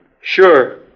Sure